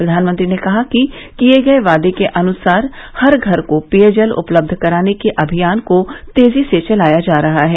प्रधानमंत्री ने कहा कि किए गए वादे के अनुसार हर घर को पेयजल उपलब्ध कराने के अभियान को तेजी से चलाया जा रहा है